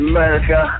America